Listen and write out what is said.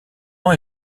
ans